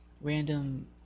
random